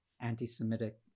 anti-Semitic